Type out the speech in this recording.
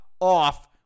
off